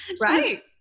right